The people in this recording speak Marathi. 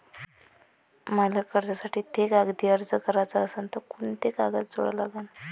मले कर्जासाठी थे कागदी अर्ज कराचा असन तर कुंते कागद जोडा लागन?